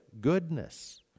goodness